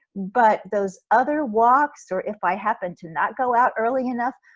but those other walks or if i happen to not go out early enough,